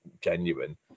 genuine